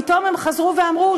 פתאום הם חזרו ואמרו,